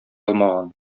алмаган